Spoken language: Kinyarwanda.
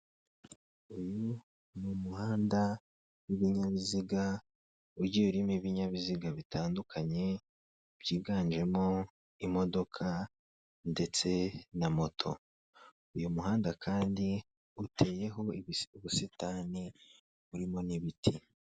Uyu ni umuhanda w'ibinyabiziga ugiye urimo ibinyabiziga bitandukanye, byiganjemo imodoka ndetse na moto. Uyu muhanda kandi uteyeho ubusitani burimo n'ibiti.